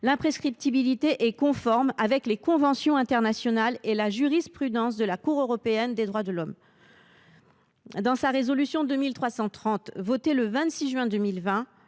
l’imprescriptibilité est conforme aux conventions internationales et à la jurisprudence de la Cour européenne des droits de l’homme. Dans sa résolution 2330 votée le 26 juin 2020,